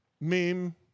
meme